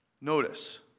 Notice